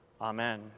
Amen